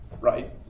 right